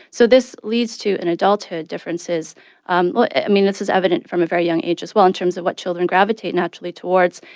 so this leads to, in adulthood, differences um well, i mean, this is evident from a very young age as well in terms of what children gravitate naturally towards,